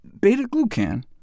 Beta-glucan